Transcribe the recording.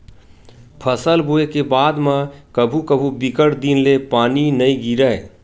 फसल बोये के बाद म कभू कभू बिकट दिन ले पानी नइ गिरय